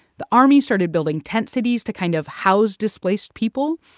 the army started building tent cities to kind of house displaced people.